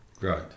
Right